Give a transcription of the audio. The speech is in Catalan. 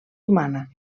humana